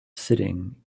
sitting